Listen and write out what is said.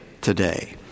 today